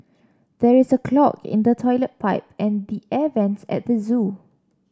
there is a clog in the toilet pipe and the air vents at the zoo